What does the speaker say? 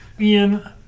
Ian